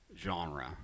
genre